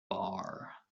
bar